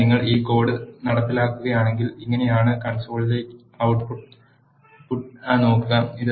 അതിനാൽ നിങ്ങൾ ഈ കോഡ് നടപ്പിലാക്കുകയാണെങ്കിൽ ഇങ്ങനെയാണ് കൺസോളിലെ output ട്ട് പുട്ട് നോക്കുന്നു